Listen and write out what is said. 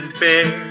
bear